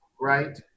right